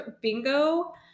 Bingo